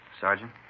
Sergeant